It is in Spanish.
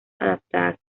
adaptadas